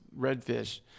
redfish